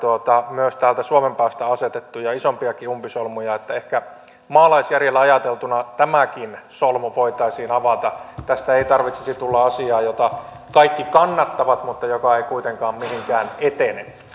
myös täältä suomen päästä asetettuja isompiakin umpisolmuja eli ehkä maalaisjärjellä ajateltuna tämäkin solmu voitaisiin avata tästä ei tarvitsisi tulla asiaa jota kaikki kannattavat mutta joka ei kuitenkaan mihinkään etene